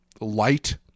light